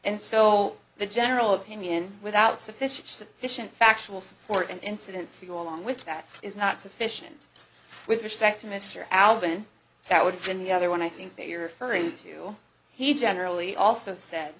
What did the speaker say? and so the general opinion without sufficient sufficient factual support and incidents to go along with that is not sufficient with respect to mr alvan that would have been the other one i think that you're referring to he generally also said